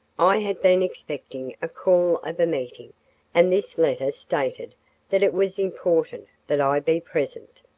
i had been expecting a call of a meeting and this letter stated that it was important that i be present.